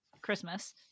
christmas